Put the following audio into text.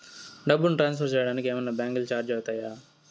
డబ్బును ట్రాన్స్ఫర్ సేయడానికి ఏమన్నా బ్యాంకు చార్జీలు అవుతాయా?